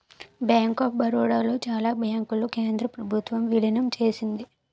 bank of Baroda లో చాలా బ్యాంకులను కేంద్ర ప్రభుత్వం విలీనం చేసింది